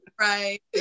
Right